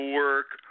work